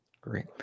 Great